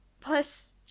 Plus